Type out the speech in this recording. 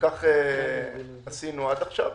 וכך עשינו עד עכשיו.